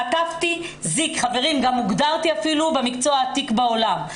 חטפתי ואפילו הוגדרתי במקצוע העתיק בעולם.